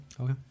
Okay